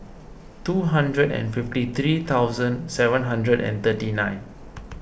two hundred and fifty three thousand seven hundred and thirty nine